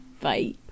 Bye